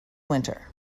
winter